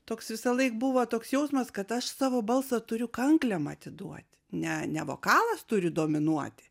toks visąlaik buvo toks jausmas kad aš savo balsą turiu kanklėm atiduoti ne ne vokalas turi dominuoti